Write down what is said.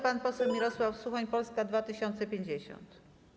Pan poseł Mirosław Suchoń, Polska 2050.